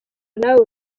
nawe